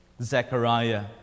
Zechariah